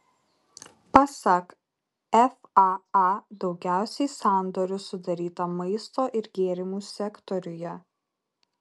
pasak faa daugiausiai sandorių sudaryta maisto ir gėrimų sektoriuje